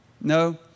No